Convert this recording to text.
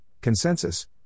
consensus